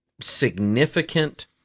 significant